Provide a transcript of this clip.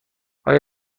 آیا